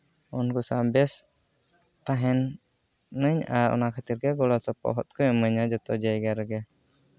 ᱩᱱᱠᱩ ᱥᱟᱶ ᱵᱮᱥ ᱛᱟᱦᱮᱱᱟᱹᱧ ᱟᱨ ᱚᱱᱟ ᱠᱷᱟᱹᱛᱤᱨ ᱜᱮ ᱜᱚᱲᱚ ᱥᱚᱯᱚᱦᱚᱫ ᱠᱚ ᱤᱢᱟᱹᱧᱟ ᱡᱚᱛᱚ ᱡᱟᱭᱜᱟ ᱨᱮᱜᱮ